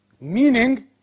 Meaning